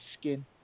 skin